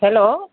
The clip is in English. hello